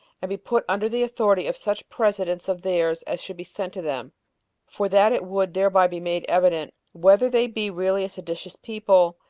and be put under the authority of such presidents of theirs as should be sent to them for that it would thereby be made evident, whether they be really a seditious people,